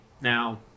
Now